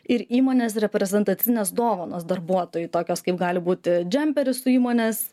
ir įmonės reprezentacinės dovanos darbuotojui tokios kaip gali būti džemperis su įmonės